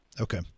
Okay